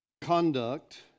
conduct